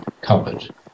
covered